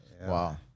Wow